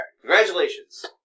Congratulations